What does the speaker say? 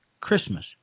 Christmas